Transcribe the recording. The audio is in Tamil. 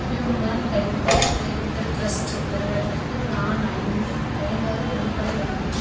ஹியூமன் வெல்ஃபேர் சேரிட்டபில் ட்ரஸ்ட்டு நிறுவனத்திற்கு நான் ஐநூ ஐநூறு நன்கொடை வழங்கவும்